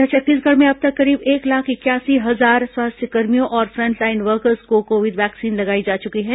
इधर छत्तीसगढ़ में अब तक करीब एक लाख इकयासी हजार स्वास्थ्यकर्मियों और फ्रंटलाइन वर्कर्स को कोविड वैक्सीन लगाई जा चुकी है